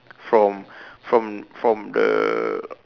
from from from the